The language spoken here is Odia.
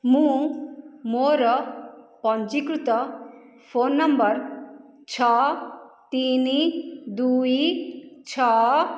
ମୁଁ ମୋର ପଞ୍ଜୀକୃତ ଫୋନ୍ ନମ୍ବର ଛଅ ତିନି ଦୁଇ ଛଅ